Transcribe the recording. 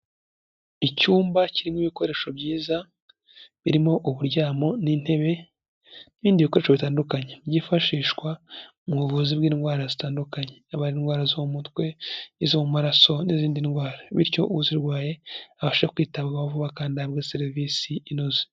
Icyumba kirimo ibikoresho byiza, birimo uburyamo n'intebe n'ibindi bikoresho bitandukanye byifashishwa mu buvuzi bw'indwara zitandukanye, indwara zo mu mutwe, izo mu maraso n'izindi ndwara bityo uzirwaye abasha kwitabwaho vuba agahabwa serivisi inoze.